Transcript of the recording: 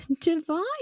Divine